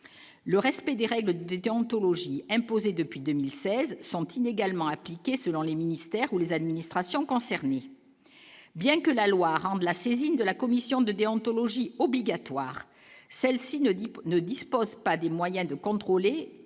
le respect des règles de déontologie imposées depuis 2016 sont inégalement appliquée selon les ministères ou les administrations concernées, bien que la loi rendent la saisine de la commission de déontologie obligatoire, celle-ci ne dit pas, ne dispose pas des moyens de contrôler